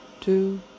two